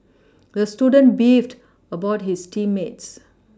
the student beefed about his team mates